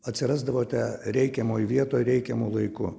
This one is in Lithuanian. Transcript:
atsirasdavote reikiamoj vietoj reikiamu laiku